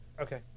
Okay